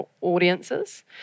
audiences